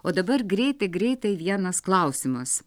o dabar greitai greitai vienas klausimas